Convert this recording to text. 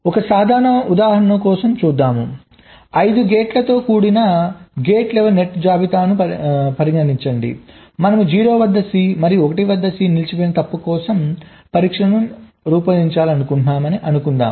ఒక సాధారణ ఉదాహరణ కోసం పని చేద్దాం 5 గేట్లతో కూడిన గేట్ లెవల్ నెట్ జాబితాను పరిగణించండి మనము 0 వద్ద C మరియు 1 వద్ద C నిలిచిపోయిన తప్పు కోసం పరీక్షలను రూపొందించాలనుకుంటున్నాము అనుకుందాం